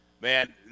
Man